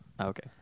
Okay